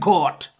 Court